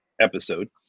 episode